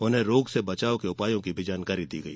उन्हें रोग से बचाओं के उपायों की भी जानकारी दी गई